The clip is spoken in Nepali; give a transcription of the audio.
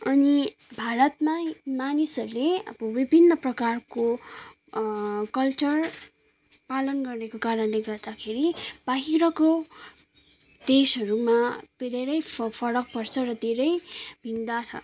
अनि भारतमा मानिसहरूले अब विभिन्न प्रकारको कल्चर पालन गर्नेको कारणले गर्दाखेरि बाहिरको देशहरूमा धेरै फ फरक पर्छ र धेरै भिन्दा छ